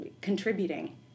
contributing